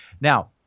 Now